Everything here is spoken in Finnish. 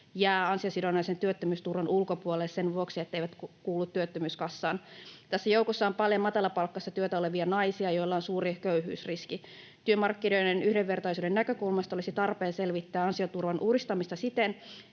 jää ansiosidonnaisen työttömyysturvan ulkopuolelle sen vuoksi, ettei kuulu työttömyyskassaan. Tässä joukossa on paljon matalapalkkaisessa työssä olevia naisia, joilla on suuri köyhyysriski. Työmarkkinoiden yhdenvertaisuuden näkökulmasta olisi tarpeen selvittää ansioturvan uudistamista siten,